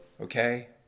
Okay